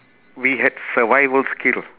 we had survival skill